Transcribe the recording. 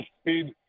speed